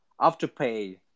Afterpay